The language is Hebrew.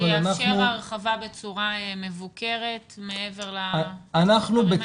שיאפשר הרחבה בצורה מבוקרת מעבר לדברים האלה?